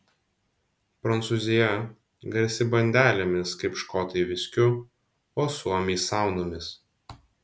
prancūzija garsi bandelėmis kaip škotai viskiu o suomiai saunomis